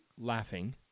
laughing